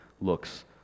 looks